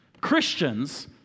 Christians